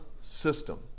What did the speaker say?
system